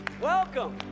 welcome